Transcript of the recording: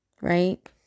Right